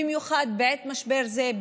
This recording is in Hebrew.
במיוחד בעת משבר זה,